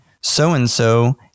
so-and-so